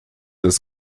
ist